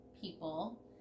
people